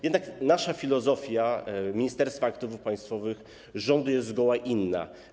Jednak nasza filozofia - Ministerstwa Aktywów Państwowych, rządu jest zgoła inna.